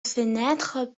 fenêtres